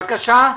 בבקשה.